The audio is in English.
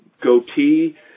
goatee